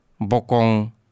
Bokong